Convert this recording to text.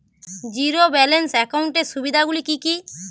Zero balance একাউন্টের সুবিধা গুলি কি কি?